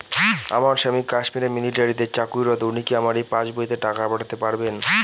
আমার স্বামী কাশ্মীরে মিলিটারিতে চাকুরিরত উনি কি আমার এই পাসবইতে টাকা পাঠাতে পারবেন?